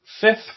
fifth